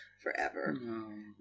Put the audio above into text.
forever